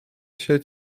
się